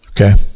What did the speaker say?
Okay